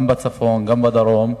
גם בצפון וגם בדרום,